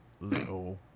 little